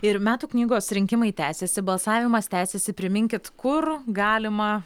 ir metų knygos rinkimai tęsiasi balsavimas tęsiasi priminkit kur galima